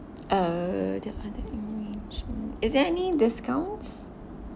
uh there arrangment is there any discounts